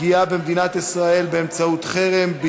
תוריד את,